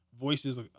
voices